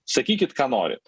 sakykit ką norit